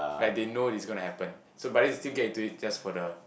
like they know it's gonna to happen so but they still get into it just for the